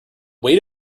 weight